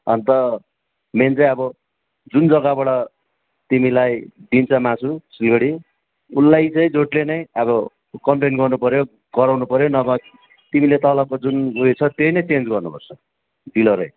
अन्त मेन चाहिँ अब जुन जग्गाबाट तिमीलाई दिन्छ मासु सिलगढी उसलाई चाहिँ जोडले अब कम्पलेन गर्नुपर्यो कराउनु पर्यो नभए तिमीले तलको जुन उयो छ त्यही नै चेन्ज गर्नुपर्छ डिलरै